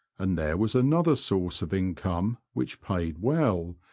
and there was another source of income which paid well,